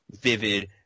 vivid